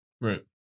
Right